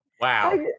Wow